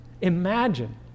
Imagine